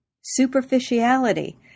superficiality